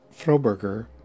Froberger